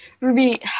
Ruby